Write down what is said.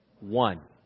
One